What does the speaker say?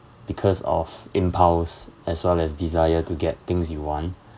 because of impulse as well as desire to get things you want